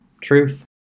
Truth